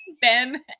Ben